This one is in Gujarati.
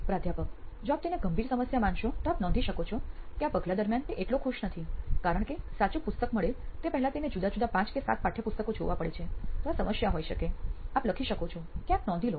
પ્રાધ્યાપક જો આપ તેને ગંભીર સમસ્યા માનશો તો આપ નોંધી શકો છો કે આ પગલા દરમિયાન તે એટલો ખુશ નથી કારણ કે સાચું પુસ્તક મળે તે પહેલા તેને જુદા જુદા પાંચ કે સાત પાઠ્યપુસ્તકો જોવા પડે છે તો આ સમસ્યા હોઈ શકે આપ લખી શકો છો ક્યાંક નોંધી લો